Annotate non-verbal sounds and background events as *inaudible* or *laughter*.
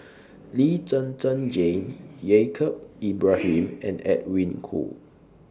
Lee Zhen Zhen Jane Yaacob Ibrahim *noise* and Edwin Koo